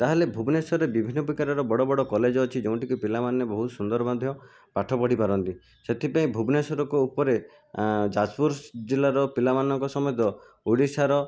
ତାହେଲେ ଭୁବନେଶ୍ୱରରେ ବିଭିନ୍ନ ପ୍ରକାରର ବଡ଼ ବଡ଼ କଲେଜ ଅଛି ଯେଉଁଠିକି ପିଲାମାନେ ବହୁତ ସୁନ୍ଦର ମଧ୍ୟ ପାଠ ପଢ଼ି ପାରନ୍ତି ସେଥିପାଇଁ ଭୁବନେଶ୍ୱରକ ଉପରେ ଯାଜପୁର ସ୍ ଜିଲ୍ଲାର ପିଲାମାନଙ୍କ ସମେତ ଓଡ଼ିଶାର